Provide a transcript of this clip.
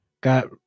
Got